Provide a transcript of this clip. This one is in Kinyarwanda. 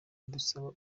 kudusaba